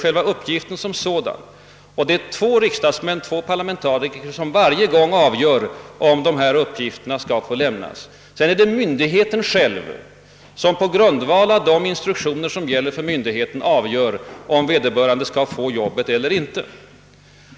Två riksdagsmän avgör varje gång, om uppgifterna som sådana skall få lämnas. Sedan har myndigheten själv att på grundval av de instruktioner som gäller för den avgöra, om vederbörande skall få anställningen eller inte.